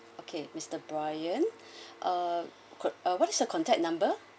okay mister brian uh could uh what's your contact number